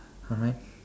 alright